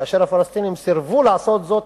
כאשר הפלסטינים סירבו לעשות זאת,